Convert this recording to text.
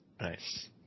Nice